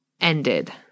ended